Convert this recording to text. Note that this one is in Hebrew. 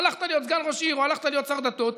הלכת להיות סגן ראש עיר או הלכת להיות שר דתות,